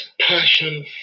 passion